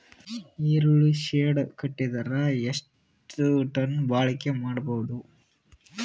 ಈರುಳ್ಳಿ ಶೆಡ್ ಕಟ್ಟಿದರ ಎಷ್ಟು ಟನ್ ಬಾಳಿಕೆ ಮಾಡಬಹುದು?